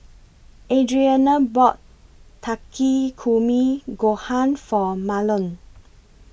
Adriana bought Takikomi Gohan For Mahlon